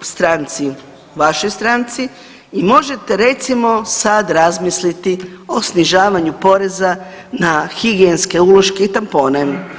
stranci, vašoj stranci i možete recimo sad razmisliti o snižavanju poreza na higijenske uloške i tampone.